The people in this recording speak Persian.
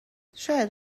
شاید